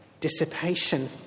dissipation